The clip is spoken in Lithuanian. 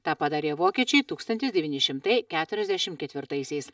tą padarė vokiečiai tūkstantis devyni šimtai keturiasdešim ketvirtaisiais